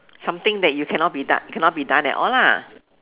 something that you cannot be cannot be done at all lah